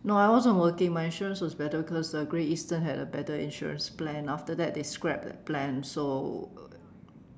no I wasn't working my insurance was better because the Great Eastern had a better insurance plan after that they scrapped that plan so